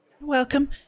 welcome